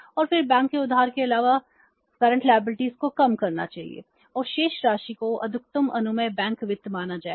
और शेष राशि को अधिकतम अनुमेय बैंक वित्त माना जाएगा